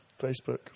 Facebook